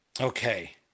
okay